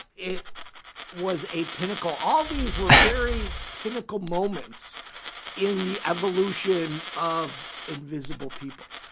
it was a pinnacle. all these were very pinnacle moments in the evolution of invisible people.